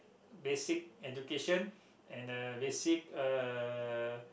basic education